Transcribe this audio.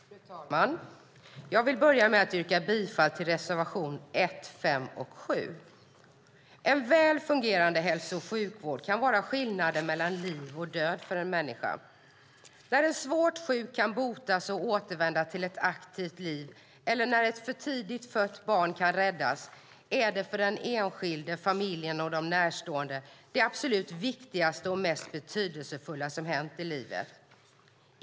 Fru talman! Jag vill börja med att yrka bifall till reservationerna 1, 5 och 7. En väl fungerande hälso och sjukvård kan vara skillnaden mellan liv och död för en människa. När en svårt sjuk kan botas och återvända till ett aktivt liv eller när ett för tidigt fött barn kan räddas är det för den enskilde, familjen och de närstående det absolut viktigaste och mest betydelsefulla som hänt i livet.